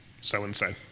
so-and-so